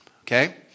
Okay